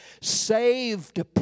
saved